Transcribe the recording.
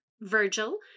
Virgil